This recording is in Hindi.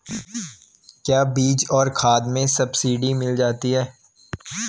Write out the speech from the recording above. क्या बीज और खाद में सब्सिडी मिल जाती है?